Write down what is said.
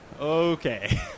Okay